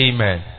Amen